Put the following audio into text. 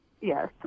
Yes